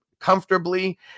comfortably